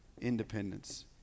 independence